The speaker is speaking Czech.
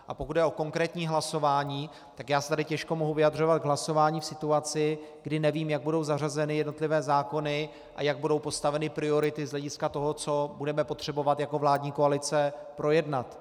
A pokud jde o konkrétní hlasování, tak já se tady těžko mohu vyjadřovat k hlasování v situaci, kdy nevím, jak budou zařazeny jednotlivé zákony a jak budou postaveny priority z hlediska toho, co budeme potřebovat jako vládní koalice projednat.